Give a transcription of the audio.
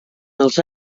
els